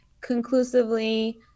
conclusively